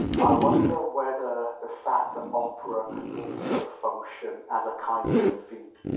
i wonder whether the fact that opera can also function as a kind of.